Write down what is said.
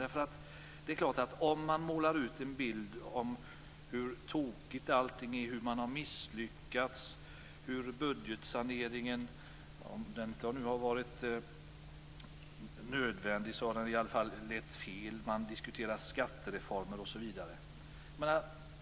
Vänsterpartiet målar ut en bild av hur tokigt allting är; hur Socialdemokraterna har misslyckats, hur budgetsaneringen lett fel - om den nu alls har varit nödvändig - och man diskuterar skattereformer osv.